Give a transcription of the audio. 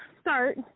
start